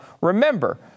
remember